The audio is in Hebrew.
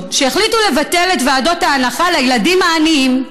שהחליטו לבטל את ועדות ההנחה לילדים העניים.